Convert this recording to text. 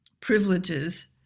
privileges